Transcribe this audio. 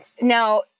Now